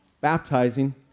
baptizing